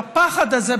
בפחד הזה,